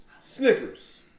Snickers